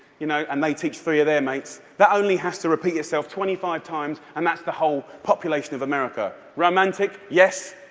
you know and they teach three of their mates, that only has to repeat itself twenty five times, and that's the whole population of america. romantic, yes,